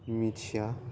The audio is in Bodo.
मिथिया